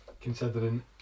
considering